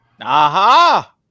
Aha